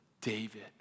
David